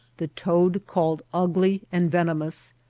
the toad called ugly and venomous,